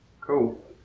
Cool